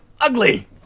ugly